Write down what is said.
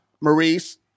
Maurice